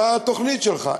מה התוכנית שלך?